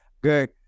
Good